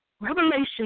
Revelation